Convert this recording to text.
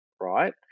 right